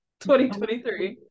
2023